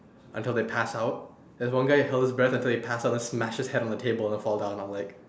until they pass out there's one guy who held his breath until he pass out then smash his head on the table and fall down I'm like